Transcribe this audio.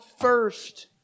first